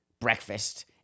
breakfast